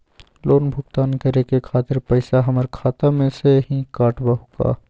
Loan भुगतान करे के खातिर पैसा हमर खाता में से ही काटबहु का?